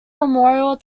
memorial